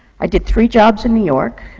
i did three jobs in new york,